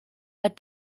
but